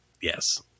Yes